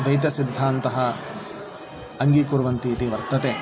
द्वैतसिद्धान्तम् अङ्गीकुर्वन्ति इति वर्तते